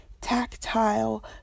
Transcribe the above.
tactile